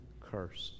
cursed